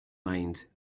mind